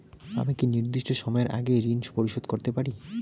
আমি কি নির্দিষ্ট সময়ের আগেই ঋন পরিশোধ করতে পারি?